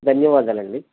ధన్యవాదాలు అండి